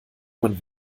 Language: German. man